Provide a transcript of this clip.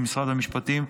למשרד המשפטים,